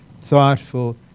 thoughtful